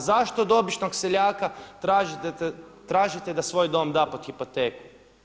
A zašto od običnog seljaka tražite da svoj dom da pod hipoteku?